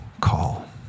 call